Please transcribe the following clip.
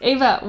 Ava